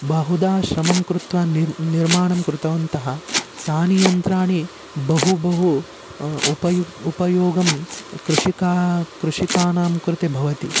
बहुधा श्रमं कृत्वा निर् निर्माणं कृतवन्तः तानि यन्त्राणि बहु बहु उपयोगः उपयोगं कृषिकाः कृषिकाणां कृते भवति